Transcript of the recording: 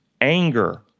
Anger